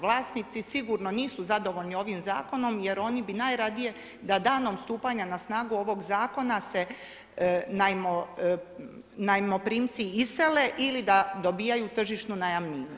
Vlasnici sigurni nisu zadovoljni ovim Zakonom jer oni bi najradije da danom stupanja na snagu ovog Zakona se najmoprimci isele ili da dobivaju tržišnu najamninu.